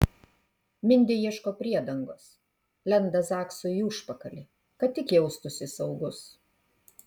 mindė ieško priedangos lenda zaksui į užpakalį kad tik jaustųsi saugus